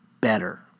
better